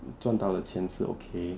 赚到的钱是 okay